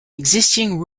existing